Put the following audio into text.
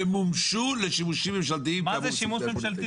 שמומשו לשימושים ממשלתיים כאמור בסעיף 189. שמנו רשימה.